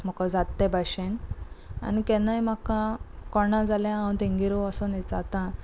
मोको ते भाशेन आनी केन्नाय म्हाका कळना जाल्यार हांव तेंगेर वसोन विचारता